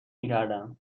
میکردم